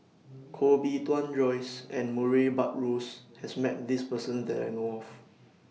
Koh Bee Tuan Joyce and Murray Buttrose has Met This Person that I know of